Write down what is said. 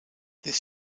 this